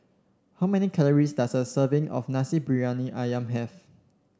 how many calories does a serving of Nasi Briyani ayam have